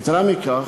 יתרה מכך,